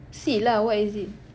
see lah what is it